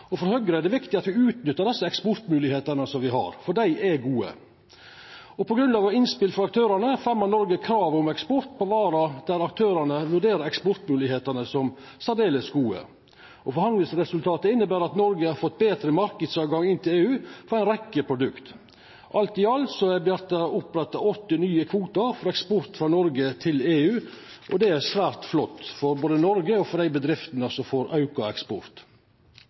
For Høgre er det viktig at me utnyttar dei eksportmoglegheitene me har, for dei er gode. På grunnlag av innspel frå aktørane fremja Noreg krav om eksport på varer der aktørane vurderer eksportmoglegheitene som svært gode. Forhandlingsresultatet inneber at Noreg har fått betre marknadstilgang til EU på ei rekkje produkt. Alt i alt er det oppretta åtte nye kvotar for eksport frå Noreg til EU. Det er svært flott, både for Noreg og for dei bedriftene som får auka eksport.